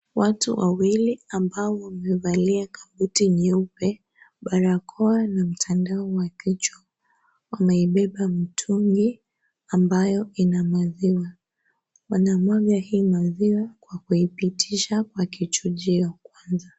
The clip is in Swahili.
Watu wawili ambao wamevalia kabuti nyeupe, barakoa na mtandao wa kichwa wameibeba mitungi ambayo ina maziwa wanamwanya maziwa kwa kupitisha kwa kichinjio kwanza.